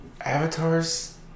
Avatar's